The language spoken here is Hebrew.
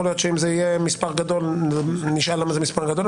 יכול להיות שאם זה יהיה מספר גדול נשאל למה זה מספר גדול.